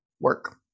work